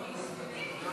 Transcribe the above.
אתה רציני?